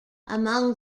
among